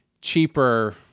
cheaper